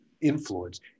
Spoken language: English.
influence